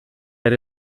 ere